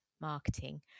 marketing